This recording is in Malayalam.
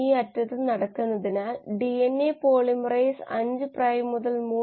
ഈ ശാഖ മുറിക്കുന്നതിലൂടെ ഈ ശാഖയിലൂടെ എല്ലാ ഫ്ലക്സുകളും വഴിതിരിച്ചുവിടാൻ നമ്മൾ കഴിയും